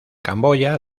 camboya